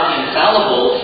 infallible